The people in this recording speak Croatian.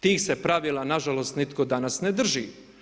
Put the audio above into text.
Tih se pravila, nažalost, nitko danas ne drži.